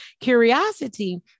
curiosity